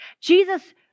Jesus